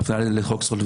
(ה)"בהליך פלילי